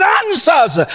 answers